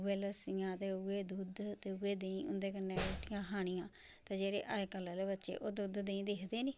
उ'ऐ लस्सियां ते उ'ऐ दुद्ध ते उ'ऐ देहीं उं'दे कन्नै गै रुटियां खानियां ते जेह्ड़े अज्जकल दे बच्चे ओह् दुद्ध देहीं दिखदे नेईं